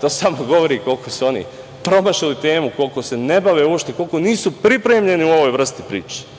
to samo govori koliko su oni promašili temu, koliko se ne bave uopšte, koliko nisu pripremljeni u ovoj vrsti priče.